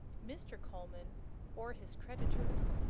mr. coleman or his creditors,